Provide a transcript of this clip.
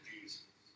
Jesus